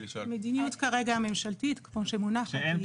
המדיניות הממשלתית כמו שמונחת,